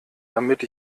damit